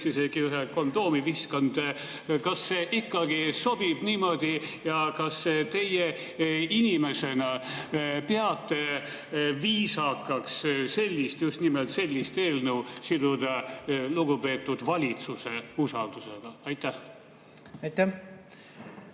Ernits isegi ühe kondoomi visanud. Kas ikkagi sobib niimoodi ja kas teie inimesena peate viisakaks sellist – just nimelt sellist – eelnõu siduda lugupeetud valitsuse usaldusega? Aitäh! Härra